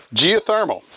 geothermal